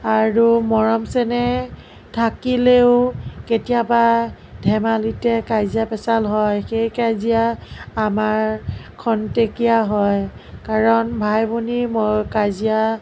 আৰু মৰম চেনেহ থাকিলেও কেতিয়াবা ধেমালিতে কাজিয়া পেঁচাল হয় সেই কাজিয়া আমাৰ ক্ষন্তেকীয়া হয় কাৰণ ভাই ভনীৰ কাজিয়া